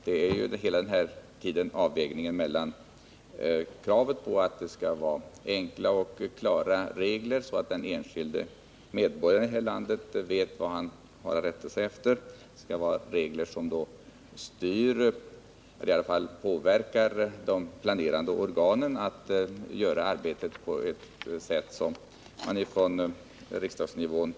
Det gäller ju hela tiden en avvägning mellan att reglerna skall vara enkla och klara, så att den enskilde medborgaren i det här landet vet vad han har att rätta sig efter, och att reglerna skall styra eller i alla fall påverka de planerande organen att göra arbetet på det sätt som man förordar från riksdagsnivå.